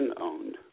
owned